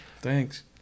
Thanks